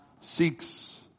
seeks